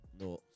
No